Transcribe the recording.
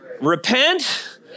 Repent